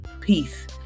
peace